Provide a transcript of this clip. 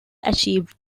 achieved